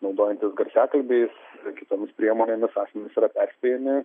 naudojantis garsiakalbiais kitomis priemonėmis asmenys yra perspėjami